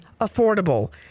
affordable